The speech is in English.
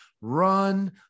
run